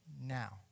now